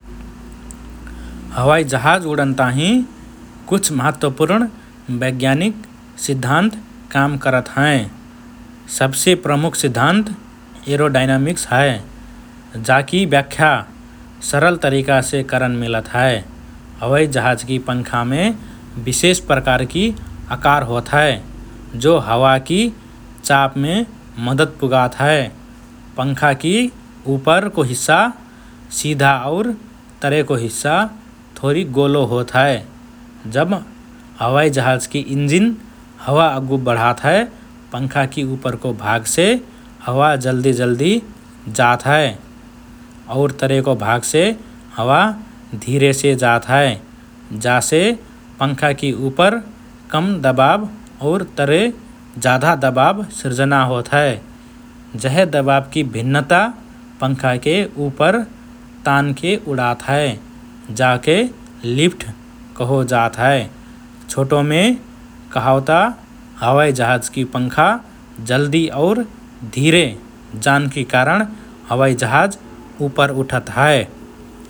हवाईजहाज उडन ताहिँ कुछ महत्पूर्ण वैज्ञानिक सिद्धान्त काम करत हएँ । सबसे प्रमुख सिद्धान्त एरोडाइनामिक्स हए । जाकि व्यख्या सरल तारिकासे करन मिलत हए । हवाईजहाजकि पंखामे विशेष प्रकारकि आकार होत हए, जो हवाकि चापमे मद्दत पुगात हए । पंखाकि उपरको हिस्सा सिधा और तरेको हिस्सा थोरि गोलो होत हए । जब हवाईजहाजकि इन्जिन हवा अग्गु बढात हए, पंखाकि उपरको भागसे हवा जल्दि–जल्दि जात हए और तरेको भागसे हवा धिरेसे जात हए । जासे पंखाकि उपर कम दबाव और तरे जाधा दबाव सिर्जना होत हए । जहे दबावकि भिन्नता पंखाके उपर तानके उडात हए । जाके लिफ्ट कहो जात हए । छोटोमे कहाओ त हवाईजहाजकि पंखा जल्दि और धिरे जानकि कारण हवाईजहाज उपर उठत हए ।